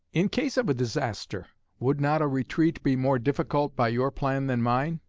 in case of a disaster, would not a retreat be more difficult by your plan than mine?